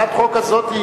הצעת החוק הזאת,